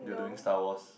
they were doing Star Wars